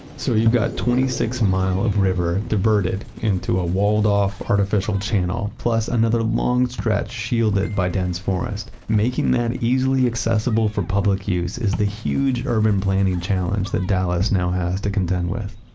so, you've got twenty six miles of river diverted into a walled-off, artificial channel, plus another long stretch shielded by dense forest. making that easily accessible for public use is the huge urban planning challenge that dallas now has to contend with.